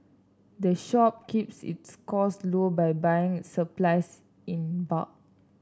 the shop keeps its costs low by buying supplies in bulk